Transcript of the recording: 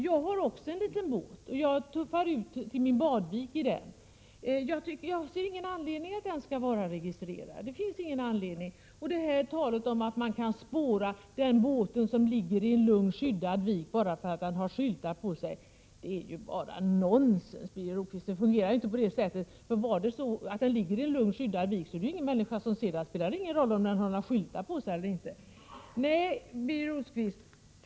Jag har också en liten båt, som jag tuffar ut till min badvik i, och jag ser ingen anledning till att den skall vara registrerad. Talet om att den båt som ligger i en lugn och skyddad vik kan spåras bara därför att den har en skylt är nonsens, Birger Rosqvist. Det fungerar inte så. Om båten ligger i en lugn och skyddad vik är det ingen människa som ser den, och då spelar det ingen roll om den har en skylt eller inte.